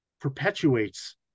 perpetuates